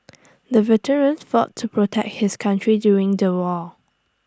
the veteran fought to protect his country during the war